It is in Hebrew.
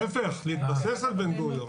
להיפך, להתבסס על בן גוריון.